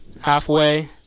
halfway